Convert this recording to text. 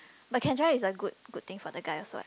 but can try is a good good thing for the guy also what